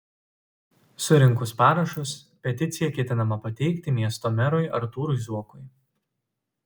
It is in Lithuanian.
surinkus parašus peticiją ketinama pateikti miesto merui artūrui zuokui